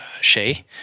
Shay